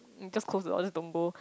just close the door just don't go